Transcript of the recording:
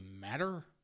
matter